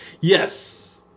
Yes